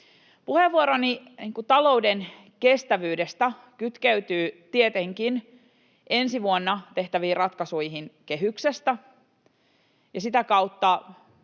Puheenvuoroni talouden kestävyydestä kytkeytyy tietenkin ensi vuonna tehtäviin ratkaisuihin kehyksestä ja sitä kautta